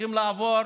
צריכים לעבור